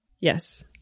Yes